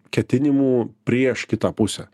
ketinimų prieš kitą pusę